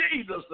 Jesus